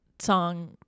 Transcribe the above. song